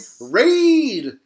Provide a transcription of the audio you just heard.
raid